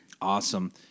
Awesome